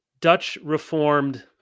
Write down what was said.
Dutch-reformed